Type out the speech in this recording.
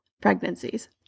pregnancies